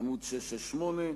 עמ' 668,